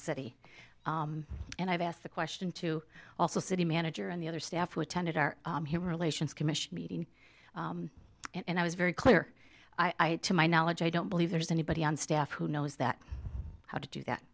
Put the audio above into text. city and i've asked the question to also city manager and the other staff were attended are here relations commission meeting and i was very clear eyed to my knowledge i don't believe there's anybody on staff who knows that how to do that